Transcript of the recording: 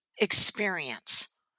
experience